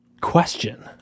question